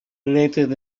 related